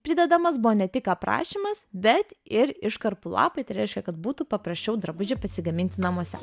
pridedamas buvo ne tik aprašymas bet ir iškarpų lapai tai reiškia kad būtų paprasčiau drabužį pasigaminti namuose